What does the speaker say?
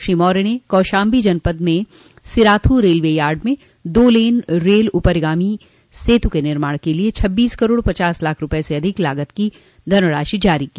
श्री मौर्य ने कौशाम्बी जनपद में सिराथू रेलवे यार्ड में दो लेन रेल उपरगामी सेतु के निर्माण के लिये छब्बीस करोड़ पचास लाख रूपये से अधिक लागत की धनराशि जारी की